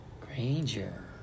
Granger